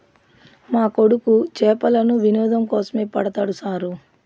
మా కొడుకు చేపలను వినోదం కోసమే పడతాడు సారూ